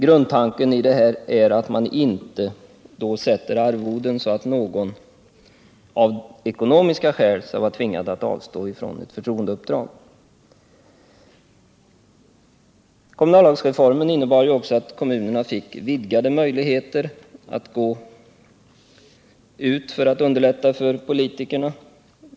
Grundtanken är att man sätter arvoden så, att ingen av ekonomiska skäl skall vara tvingad att avstå från ett förtroendeuppdrag. Kommunalrättsreformen innebar också att kommunerna fick vidgade möjligheter att underlätta för politikerna.